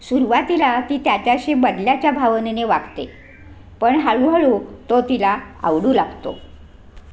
सुरवातीला ती त्याच्याशी बदल्याच्या भावनेने वागते पण हळूहळू तो तिला आवडू लागतो